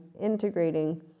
integrating